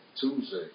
Tuesday